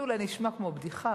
זה אולי נשמע כמו בדיחה,